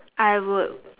I would